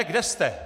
Kde jste?